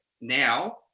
now